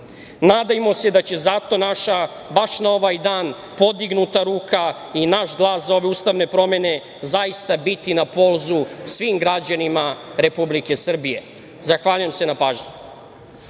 Nadajmo se da će zato naša baš na ovaj dan podignuta ruka i naš glas za ove ustavne promene zaista biti na polzu svim građanima Republike Srbije. Zahvaljujem se na pažnji.